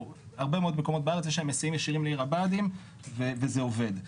יש לו היסעים ישירים לעיר הבה"דים וזה עובד.